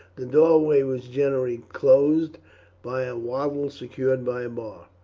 the doorway was generally closed by a wattle secured by a bar.